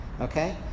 Okay